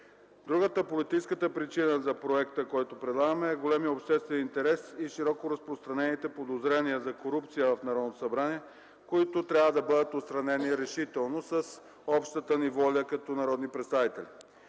Другата – политическата причина за проекта, който предлагаме, е, големият обществен интерес и широко разпространените подозрения за корупция в Народното събрание, които трябва да бъдат отстранени решително с общата ни воля като народни представители.